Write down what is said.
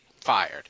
fired